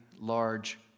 large